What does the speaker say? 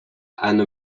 anna